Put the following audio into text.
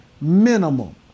minimum